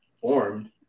formed